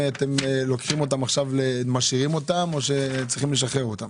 אתם עכשיו משאירים אותם או צריכים לשחרר אותם?